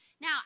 Now